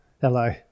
Hello